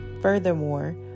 Furthermore